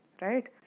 right